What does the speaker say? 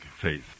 faith